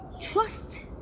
trust